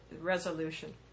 resolution